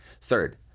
third